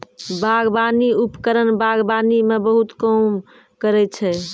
बागबानी उपकरण बागबानी म बहुत काम करै छै?